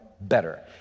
better